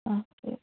okay